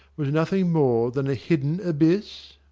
was nothing more than a hidden abyss!